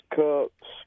cups